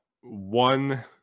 one